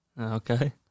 okay